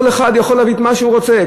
כל אחד יכול להביא את מה שהוא רוצה,